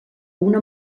una